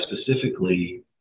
specifically